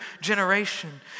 generation